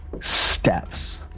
steps